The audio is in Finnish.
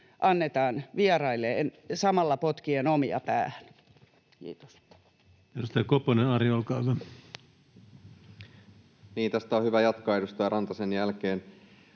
annetaan vieraille samalla potkien omia päähän. — Kiitos. Edustaja Koponen, Ari, olkaa hyvä. Niin, tästä on hyvä jatkaa edustaja Rantasen jälkeen.